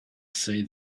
say